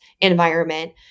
environment